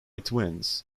twins